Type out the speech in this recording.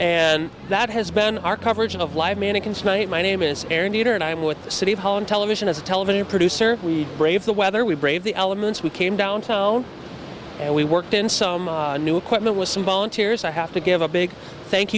and that has been our coverage of live mannequins tonight my name is aaron eater and i'm with the city of holland television as a television producer we braved the weather we braved the elements we came downtown and we worked in some new equipment with some volunteers i have to give a big